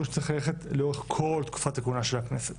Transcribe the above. שצריך ללכת לאורך כל תקופת הכהונה של הכנסת,